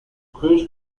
cruise